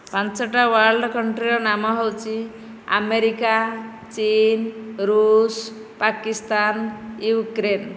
ପାଞ୍ଚଟା ୱାର୍ଲ୍ଡ଼ କଣ୍ଟ୍ରିର ନାମ ହେଉଛି ଆମେରିକା ଚୀନ ଋଷ ପାକିସ୍ତାନ ୟୁକ୍ରେନ